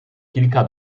kilka